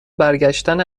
برگشتن